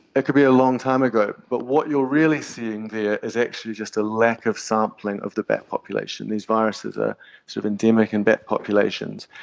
it could be a long time ago. but what you're really seeing there is actually just a lack of sampling of the bat population. these viruses are sort of endemic in bat populations.